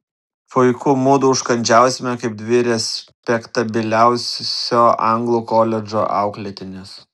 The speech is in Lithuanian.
puiku mudu užkandžiausime kaip dvi respektabiliausio anglų koledžo auklėtinės